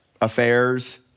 affairs